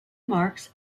marks